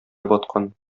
баткан